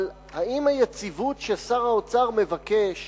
אבל האם היציבות ששר האוצר מבקש